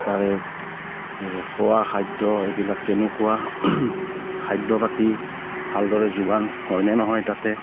তাৰে খোৱা খাদ্য এইবিলাক কেনেকুৱা খাদ্য পাতি ভালদৰে যোগান হয়নে নহয় তাতে